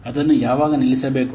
ಅದನ್ನು ಯಾವಾಗ ನಿಲ್ಲಿಸಬೇಕು